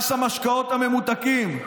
מס המשקאות הממותקים,